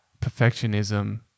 perfectionism